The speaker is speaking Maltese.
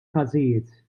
każijiet